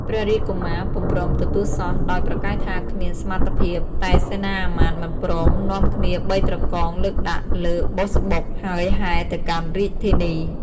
ព្រះរាជកុមារពុំព្រមទទួលសោះ ដោយប្រកែកថាគ្មានសមត្ថភាព តែសេនាមាត្យមិនព្រមនាំគ្នាបីត្រកងលើកដាក់លើបុស្សបុក ហើយហែទៅកាន់រាជធានី។